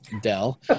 Dell